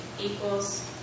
equals